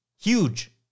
Huge